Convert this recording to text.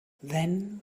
then